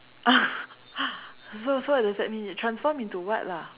so so what does that mean is you transform into what lah